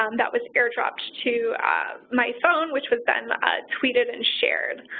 um that was airdropped to my phone, which was then tweeted and shared.